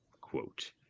quote